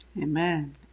Amen